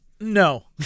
No